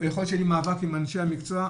יכול להיות שיהיה לי מאבק עם אנשי המקצוע,